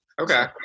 Okay